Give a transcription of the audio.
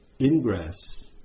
ingress